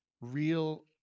real